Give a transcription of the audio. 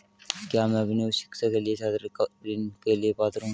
क्या मैं अपनी उच्च शिक्षा के लिए छात्र ऋण के लिए पात्र हूँ?